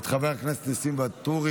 יוראי להב הרצנו ונאור שירי,